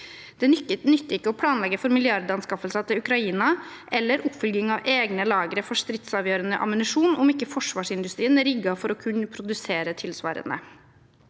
Det nytter ikke å planlegge for milliardanskaffelser til Ukraina eller oppfylling av egne lagre for stridsavgjørende ammunisjon om ikke forsvarsindustrien er rigget for å kunne produsere tilsvarende.